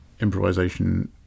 improvisation